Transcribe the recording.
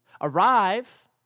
Arrive